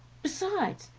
besides,